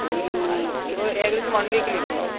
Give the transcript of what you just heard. ഒരു ഇപ്പോൾ ഏകദേശം വൺ വീക്ക് ലീവുണ്ടാവും